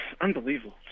Unbelievable